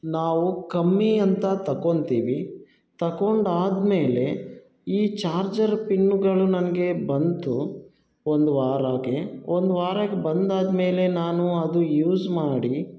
ನಾವು ಕಮ್ಮಿ ಅಂತ ತಗೊಂತೀವಿ ತಕೊಂಡಾದ ಮೇಲೆ ಈ ಚಾರ್ಜರ್ ಪಿನ್ನುಗಳು ನನಗೆ ಬಂತು ಒಂದು ವಾರಾಗೆ ಒಂದು ವಾರಾಗೆ ಬಂದು ಆದ ಮೇಲೆ ನಾನು ಅದು ಯೂಸ್ ಮಾಡಿ